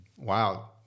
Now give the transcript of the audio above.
Wow